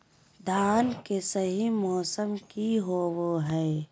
धान के सही मौसम की होवय हैय?